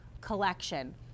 Collection